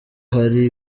hari